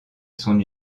son